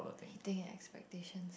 he think at expectations